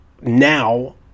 now